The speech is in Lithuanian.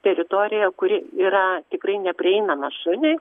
teritorijoje kuri yra tikrai neprieinama šuniui